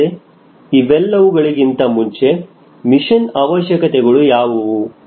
ಆದರೆ ಇವೆಲ್ಲವುಗಳಿಗಿಂತ ಮುಂಚೆ ಮಿಷನ್ ಅವಶ್ಯಕತೆಗಳು ಯಾವುವು